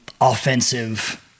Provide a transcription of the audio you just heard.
offensive